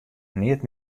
neat